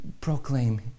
proclaim